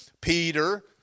Peter